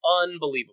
unbelievable